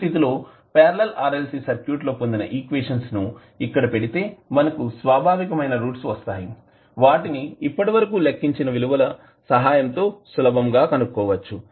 ఈ స్థితి లో పార్లల్ RLC సర్క్యూట్ లో పొందిన ఈక్వేషన్స్ ను ఇక్కడ పెడితే మనకు స్వాభావికమైన రూట్స్ వస్తాయి వాటిని ఇప్పటివరకు లెక్కించిన విలువల సహాయం తో సులభంగా కనుక్కోవచ్చు